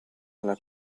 nella